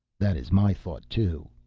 that is my thought, too.